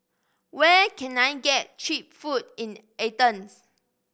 where can I get cheap food in Athens